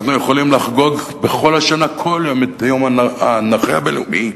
אנחנו יכולים לחגוג כל השנה כל יום את יום הנכה הבין-לאומי,